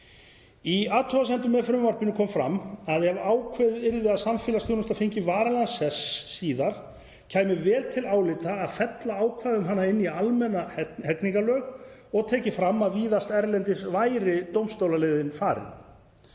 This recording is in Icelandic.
Í athugasemdum við frumvarpið kom fram að ef ákveðið yrði að samfélagsþjónusta fengi varanlegan sess síðar kæmi vel til álita að fella ákvæði um hana inn í almenn hegningarlög og tekið fram að víðast erlendis væri dómstólaleiðin farin.